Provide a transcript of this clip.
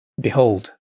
Behold